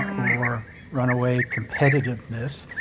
or runaway competitiveness,